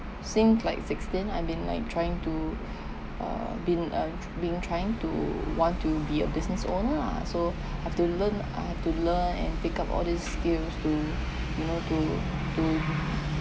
since like sixteen I've been like trying to to uh been uh being trying to want to be a business owner ah so have to learn I have to learn and pick up all this skill to you know to to